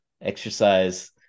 exercise